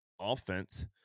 offense